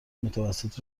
متوسط